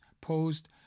posed